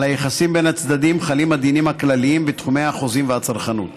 על היחסים בין הצדדים חלים הדינים הכלליים בתחומי החוזים והצרכנות.